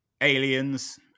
aliens